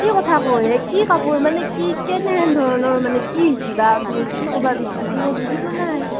কি কথা কৱেই কি কাপোৰ মানে কি কেনেধৰণৰ মানে কি হৈছে বা আপুনি কি ক'ব বিচৰিছে মই বুজি পোৱা নাই